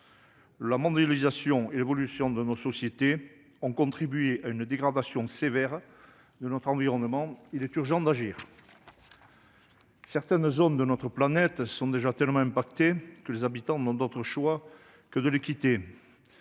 La mondialisation et l'évolution de nos sociétés ont contribué à une dégradation sévère de notre environnement. Il est urgent d'agir. Certaines zones de notre planète sont déjà tellement touchées que les habitants n'ont d'autre choix que de les quitter.